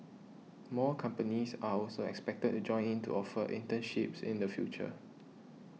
more companies are also expected to join in to offer internships in the future